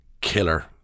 Killer